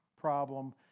problem